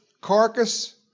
carcass